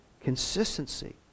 consistency